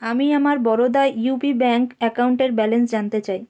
আমি আমার Baroda UP bank অ্যাকাউন্টের ব্যালেন্স জানতে চাই